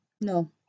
No